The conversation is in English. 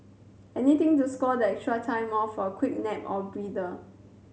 anything to score that extra time off for a quick nap or breather